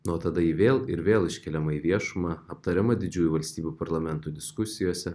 na o tada ji vėl ir vėl iškeliama į viešumą aptariama didžiųjų valstybių parlamentų diskusijose